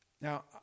Now